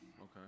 okay